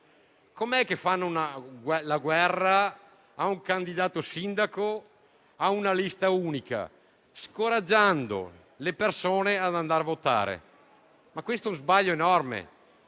consenso fanno la guerra al candidato sindaco e alla lista unica scoraggiando le persone ad andare a votare. Ciò è uno sbaglio enorme.